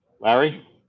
Larry